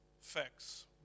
facts